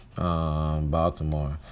Baltimore